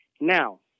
Now